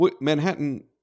Manhattan